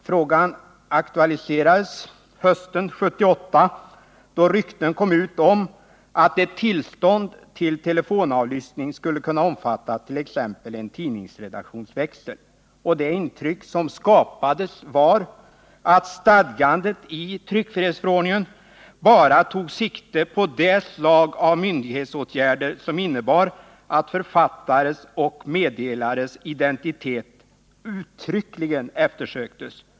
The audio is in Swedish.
Frågan aktualiserades hösten 1978, då rykten kom ut om att ett tillstånd till telefonavlyssning skulle kunna omfatta t.ex. en tidningsredaktions växel. Det intryck som skapades var att stadgandet i tryckfrihetsförordningen bara tog sikte på det slag av myndighetsåtgärder som innebar att författares och meddelares identitet uttryckligen eftersöktes.